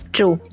True